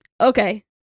Okay